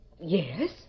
Yes